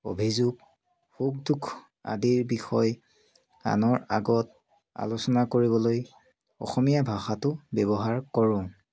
অভিযোগ সুখ দুখ আদিৰ বিষয় আনৰ আগত আলোচনা কৰিবলৈ অসমীয়া ভাষাটো ব্যৱহাৰ কৰোঁ